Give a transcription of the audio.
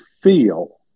feel